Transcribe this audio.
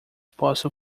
possam